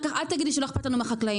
אחר כך אל תגיד שלא אכפת לנו מהחקלאים.